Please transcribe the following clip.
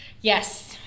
yes